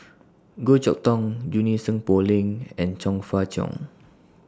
Goh Chok Tong Junie Sng Poh Leng and Chong Fah Cheong